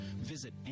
visit